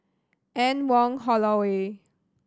Anne Wong Holloway